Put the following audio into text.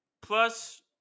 plus